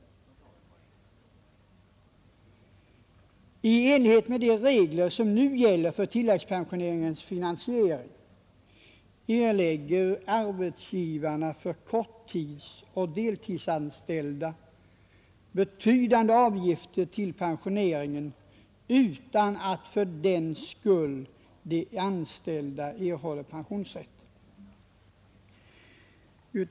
I enlighet med de regler som nu gäller för tilläggspensioneringens finansiering erlägger arbetsgivarna för korttidsoch deltidsanställda betydande avgifter till pensioneringen utan att fördenskull de anställda erhåller pensionsrätt.